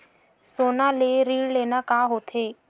सोना ले ऋण लेना का होथे?